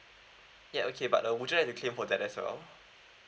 ya okay but uh would you like to claim for that as well